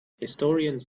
historians